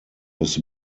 his